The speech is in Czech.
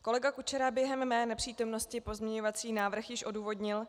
Kolega Kučera během mé nepřítomnosti pozměňovací návrh již odůvodnil.